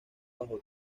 bajo